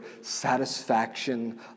satisfaction